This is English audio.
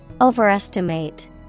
Overestimate